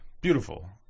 beautiful